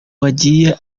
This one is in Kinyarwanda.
wagiye